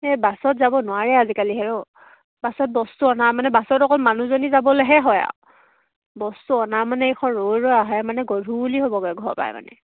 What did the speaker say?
এই বাছত যাব নোৱাৰে আজিকালি হেৰ' বাছত বস্তু অনা মানে বাছত অকল মানুহজনী যাবলৈহে হয় আৰু বস্তু অনা মানে এইখন ৰৈ ৰৈ আহে মানে গধূলি হ'বগৈ ঘৰ পাই মানে